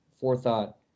forethought